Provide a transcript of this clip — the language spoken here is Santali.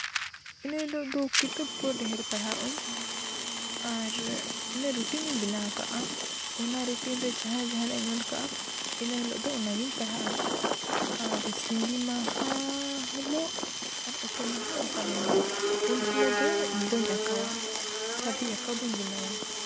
ᱤᱱᱟᱹ ᱦᱤᱞᱳᱜ ᱫᱚ ᱠᱤᱛᱟᱹᱵ ᱠᱚ ᱰᱷᱮᱨ ᱯᱟᱲᱦᱟᱜ ᱟᱹᱧ ᱟᱨ ᱢᱟᱱᱮ ᱨᱩᱴᱤᱱ ᱤᱧ ᱵᱮᱱᱟᱣ ᱟᱠᱟᱫᱼᱟ ᱚᱱᱟ ᱨᱩᱴᱤᱱ ᱨᱮ ᱡᱟᱦᱟᱸ ᱡᱟᱦᱟᱱᱟᱜ ᱤᱧ ᱚᱞ ᱟᱠᱟᱫᱼᱟ ᱤᱱᱟᱹ ᱦᱤᱞᱳᱜ ᱫᱚ ᱚᱱᱟᱜᱤᱧ ᱯᱟᱲᱦᱟᱜᱼᱟ ᱟᱨ ᱥᱤᱸᱜᱤ ᱢᱟᱦᱟ ᱦᱤᱞᱳᱜ ᱟᱨ ᱚᱛᱮ ᱢᱟᱦᱟ ᱟᱨ ᱵᱟᱞᱮ ᱢᱟᱦᱟ ᱩᱱ ᱥᱚᱢᱚᱭ ᱫᱚ ᱵᱟᱹᱧ ᱟᱸᱠᱟᱣᱟ ᱪᱷᱚᱵᱤ ᱟᱸᱠᱟᱣ ᱵᱟᱹᱧ ᱵᱮᱱᱟᱣᱟ